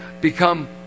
become